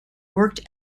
worked